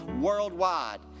worldwide